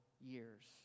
years